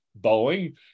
Boeing